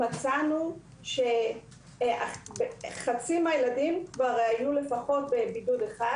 מצאנו שחצי מהילדים היו כבר לפחות בבידוד אחד